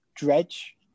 dredge